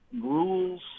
rules